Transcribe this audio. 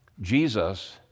Jesus